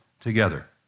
together